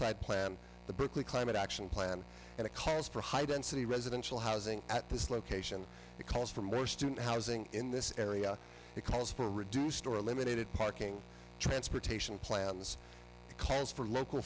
side plan the berkeley climate action plan and it calls for high density residential housing at this location because for most student housing in this area it calls for reduced or eliminated parking transportation plans calls for local